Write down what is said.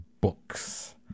books